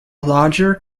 lodger